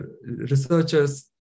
researchers